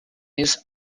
his